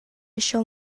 shall